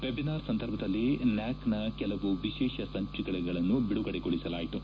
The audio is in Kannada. ವೆಬಿನಾರ್ ಸಂದರ್ಭದಲ್ಲಿ ನ್ಯಾಕ್ನ ಕೆಲವು ವಿಶೇಷ ಸಂಚಿಕೆಗಳನ್ನು ಬಿಡುಗಡೆಗೊಳಿಸಲಾಯಿತು